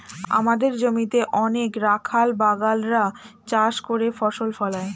আমাদের জমিতে অনেক রাখাল বাগাল রা চাষ করে ফসল ফলায়